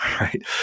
right